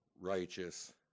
righteous